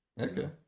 Okay